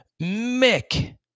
Mick